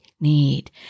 need